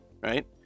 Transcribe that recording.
right